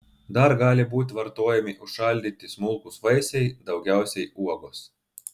dar gali būti vartojami užšaldyti smulkūs vaisiai daugiausiai uogos